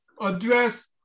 address